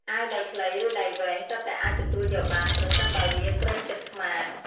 អាវដៃខ្លី ឬដៃវែងសុទ្ធតែអាចទទួលយកបាន ប្រសិនបើវាគ្របជិតស្មា។